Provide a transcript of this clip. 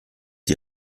die